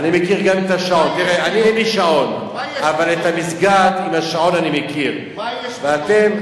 אני מכיר גם את השעון, מה יש בתוכו?